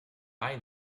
envy